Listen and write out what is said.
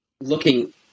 looking